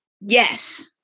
yes